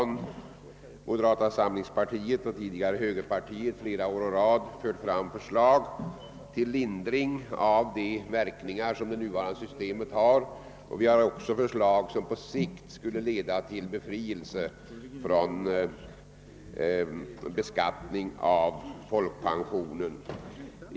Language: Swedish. Moderata samlingspartiet, tidigare högerpartiet, har under flera år föreslagit lindring av det nuvarande systemets verkningar och vi har också framlagt förslag som på sikt skulle leda till befrielse från beskattning av folkpensionen.